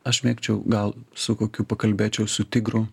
aš mėgčiau gal su kokiu pakalbėčiau su tigru